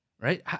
Right